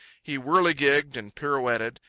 he whirligigged and pirouetted,